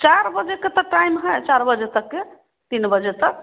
चार बजे का तो टाइम है चार बजे तक के तीन बजे तक